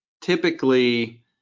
typically